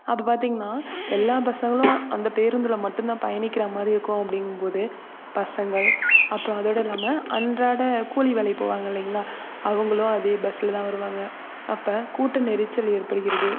அப்போ பார்த்திங்கன்னா எல்லா பசங்களும் அந்த பேருந்தில் மட்டும்தான் பயணிக்கிற மாதிரி இருக்கும் அப்படிங்கும் போது பசங்கள் அப்புறம் அதோட இல்லாமல் அன்றாடம் கூலி வேலைக்கு போவாங்ல்லிங்களே அவங்களும் அதே பஸ்ல தான் வருவாங்க அப்போ கூட்ட நெரிச்சல் ஏற்படுகிறது